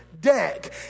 deck